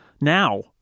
now